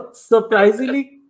surprisingly